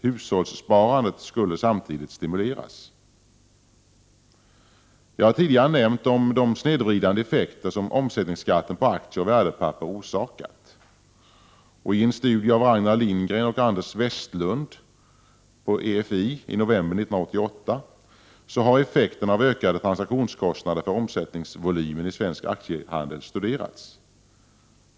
Hushållssparandet skulle samtidigt stimuleras. Jag har tidigare nämnt de snedvridande effekter som omsättningsskatten på aktier och värdepapper orsakat. I en studie av Ragnar Lindgren och Anders Westlund har effekten av ökade transaktionskostnader för omsättningsvolymen i svensk aktiehandel studerats.